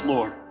Lord